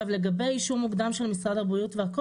לגבי אישור מוקדם של משרד הבריאות והכל